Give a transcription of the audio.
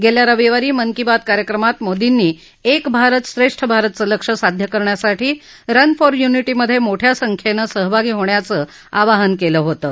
गेल्या रविवारी मन की बात कार्यक्रमात मोर्दीनी एक भारत श्रेष्ठ भारतचं लक्ष साध्य करण्यासाठी रन फॉर युनिटीमध्ये मोठ्या संख्येनं सहभागी होण्याचं आवाहन केलं होतं